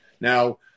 Now